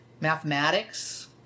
mathematics